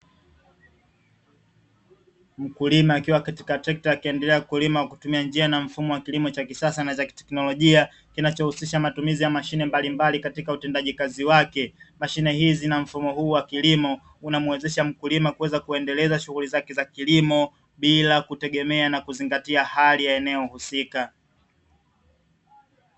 Mkulima akiwa katika trekta akiendelea kulima kwa kutumia njia na mfumo wa kilimo cha kisasa na cha kiteknolojia. kinachohusisha matumizi ya mashine mbalimbali katika utendaji kazi wake, mashine hizi na mfumo huu wa kilimo unamuwezesha mkulima kuweza kuendesha shughuli zake za kilimo bila kutegemea na kuzingatia hali ya eneo husika.